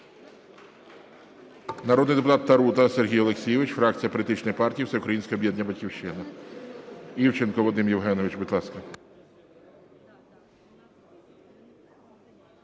Народний депутат Тарута Сергій Олексійович, фракція політичної партії Всеукраїнське об'єднання "Батьківщина". Івченко Вадим Євгенович, будь ласка.